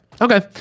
Okay